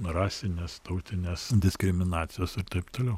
rasinės tautinės diskriminacijos ir taip toliau